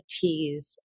teas